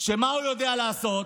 ומה הוא יודע לעשות?